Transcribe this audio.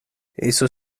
eso